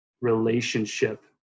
relationship